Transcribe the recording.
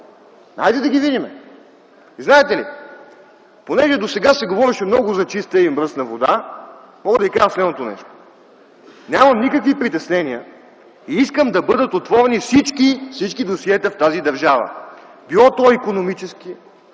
Хайде да ги видим! Знаете ли, понеже досега се говореше много за чиста и мръсна вода, мога да Ви кажа следното нещо – нямам никакви притеснения и искам да бъдат отворени всички досиета в тази държава – било то икономически,